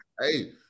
Hey